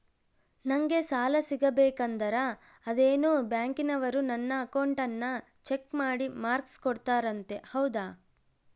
ನಂಗೆ ಸಾಲ ಸಿಗಬೇಕಂದರ ಅದೇನೋ ಬ್ಯಾಂಕನವರು ನನ್ನ ಅಕೌಂಟನ್ನ ಚೆಕ್ ಮಾಡಿ ಮಾರ್ಕ್ಸ್ ಕೋಡ್ತಾರಂತೆ ಹೌದಾ?